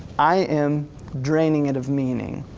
i am draining it of meaning,